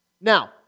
Now